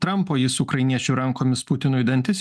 trampo jis ukrainiečių rankomis putinui dantis